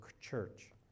church